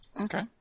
Okay